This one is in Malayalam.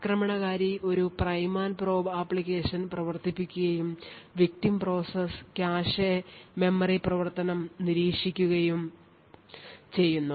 ആക്രമണകാരി ഒരു പ്രൈം ആൻഡ് പ്രോബ് ആപ്ലിക്കേഷൻ പ്രവർത്തിപ്പിക്കുകയും victim പ്രോസസ്സ് കാഷെ മെമ്മറി പ്രവർത്തനം നിരീക്ഷിക്കുകയും ചെയ്യുന്നു